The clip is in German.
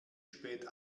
spät